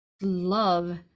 love